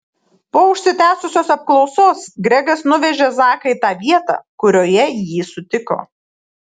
po užsitęsusios apklausos gregas nuvežė zaką į tą vietą kurioje jį sutiko